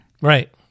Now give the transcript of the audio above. Right